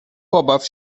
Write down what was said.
pobaw